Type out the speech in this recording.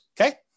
okay